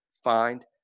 find